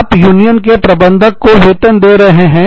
आप यूनियन के प्रबंधक को वेतन दे रहे हैं